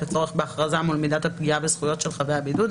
הצורך בהכרזה מול מידת הפגיעה בזכויות של חבי הבידוד,